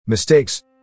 Mistakes